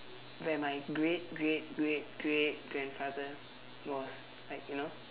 where my great great great great grandfather was like you know